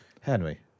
Henry